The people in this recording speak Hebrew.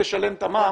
ישלם את המע"מ.